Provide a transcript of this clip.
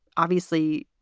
obviously,